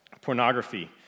pornography